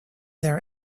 their